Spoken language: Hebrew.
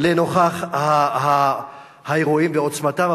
לנוכח האירועים ועוצמתם.